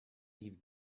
leave